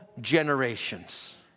generations